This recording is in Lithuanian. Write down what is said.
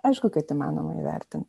aišku kad įmanoma įvertint